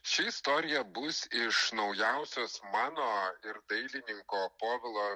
ši istorija bus iš naujausios mano ir dailininko povilo